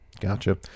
gotcha